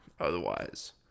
otherwise